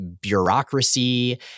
bureaucracy